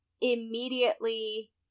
immediately